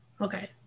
Okay